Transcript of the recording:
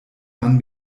man